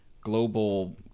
global